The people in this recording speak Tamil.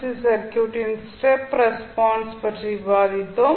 சி சர்க்யூட்டின் ஸ்டெப் ரெஸ்பான்ஸ் பற்றி விவாதித்தோம்